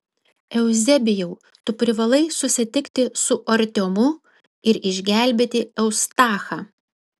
euzebijau tu privalai susitikti su artiomu ir išgelbėti eustachą